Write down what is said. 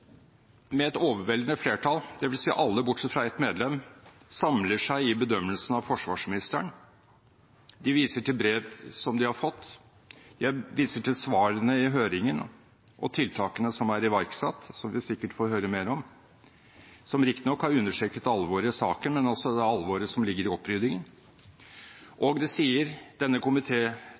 med et overveldende flertall, dvs. alle bortsett fra ett medlem, samler seg i bedømmelsen av forsvarsministeren. De viser til brev som de har fått. Jeg viser til svarene i høringen og tiltakene som er iverksatt – som vi sikkert får høre mer om – som riktignok har understreket alvoret i saken, men også det alvoret som ligger i oppryddingen. Dette komitéflertallet sier: